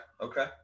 Okay